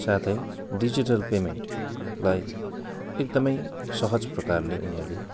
साथै डिजिटल पेमेन्टलाई एकदमै सहज प्रकारले उनीहरूले